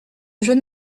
jeune